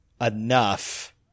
enough